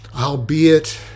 albeit